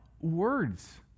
words